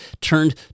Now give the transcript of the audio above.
turned